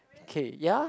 okay ya